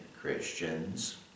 Christians